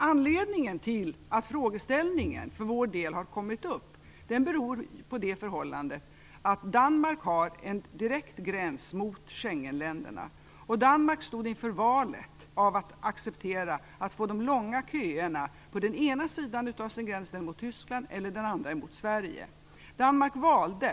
Anledningen till att frågeställningen har kommit upp för vår del är att Danmark har en direkt gräns mot Schengenländerna och att Danmark stod inför valet att acceptera att få långa köer på den sida av sin gräns som vetter mot Tyskland eller att få dem på den sida som vetter mot Sverige.